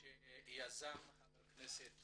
שיזם חבר הכנסת